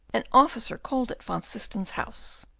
an officer called at van systen's house.